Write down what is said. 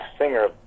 singer